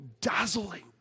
dazzling